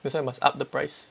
that's why must up the price